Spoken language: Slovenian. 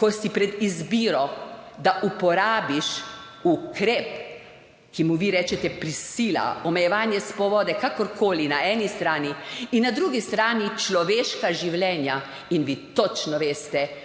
ko si pred izbiro, da uporabiš ukrep, ki mu vi rečete prisila, omejevanje svobode, kakorkoli, na eni strani in na drugi strani človeška življenja. In vi točno veste,